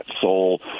soul